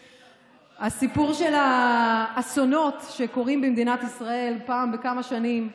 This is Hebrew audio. הסיפור של האסונות שקורים במדינת ישראל פעם בכמה שנים,